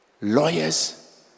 lawyers